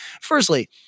Firstly